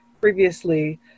previously